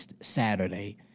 Saturday